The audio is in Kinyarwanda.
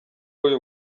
uyu